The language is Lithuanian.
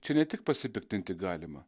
čia ne tik pasipiktinti galima